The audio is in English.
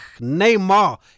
neymar